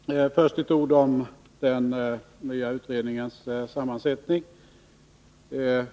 Herr talman! Först några ord om den nya utredningens sammansättning.